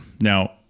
Now